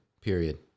period